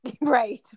right